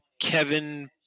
Kevin